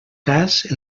cas